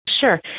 Sure